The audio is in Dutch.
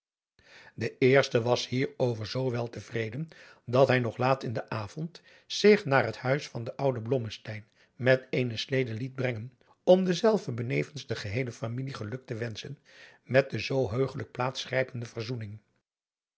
de eerste was hier over zoo wel te vreden dat hij nog laat in den avond zich naar het huis van den ouden blommesteyn met eene slede liet brengen om denzelven benevens de geheele familie geluk te wenschen met de zoo heugelijk plaats grijpende verzoening